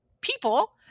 people